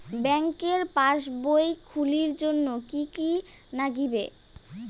ব্যাঙ্কের পাসবই খুলির জন্যে কি কি নাগিবে?